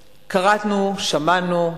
קראנו, שמענו,